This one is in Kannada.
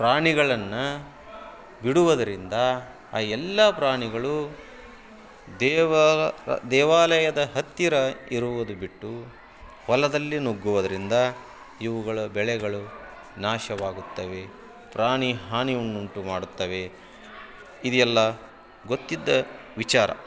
ಪ್ರಾಣಿಗಳನ್ನು ಬಿಡುವುದರಿಂದ ಆ ಎಲ್ಲ ಪ್ರಾಣಿಗಳು ದೇವ ದೇವಾಲಯದ ಹತ್ತಿರ ಇರುವುದು ಬಿಟ್ಟು ಹೊಲದಲ್ಲಿ ನುಗ್ಗುವುದ್ರಿಂದ ಇವುಗಳ ಬೆಳೆಗಳು ನಾಶವಾಗುತ್ತವೆ ಪ್ರಾಣಿ ಹಾನಿಯನ್ನು ಉಂಟು ಮಾಡುತ್ತವೆ ಇದೆಲ್ಲ ಗೊತ್ತಿದ್ದ ವಿಚಾರ